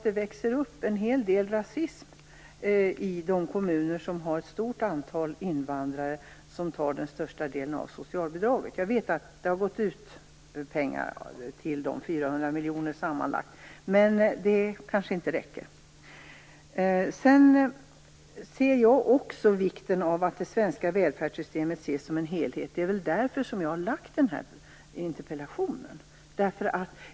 Det växer fram en hel del rasism i de kommuner som har ett stort antal invandrare och där den största delen av socialbidraget går till invandrare. Jag vet att dessa kommuner har fått 400 miljoner kronor sammanlagt, men det kanske inte räcker. Det är viktigt att det svenska välfärdssystemet ses som en helhet. Det är därför jag har framställt denna interpellation.